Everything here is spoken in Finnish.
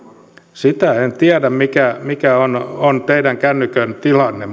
sitä en tiedä mikä mikä on on teidän kännykkänne tilanne